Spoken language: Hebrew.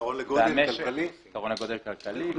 יתרון הגודל כלכלי.